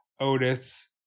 Otis